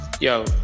Yo